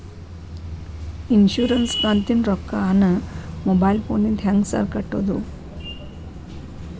Insurance ಕಂತಿನ ರೊಕ್ಕನಾ mobile ಫೋನಿಂದ ಹೆಂಗ್ ಸಾರ್ ಕಟ್ಟದು?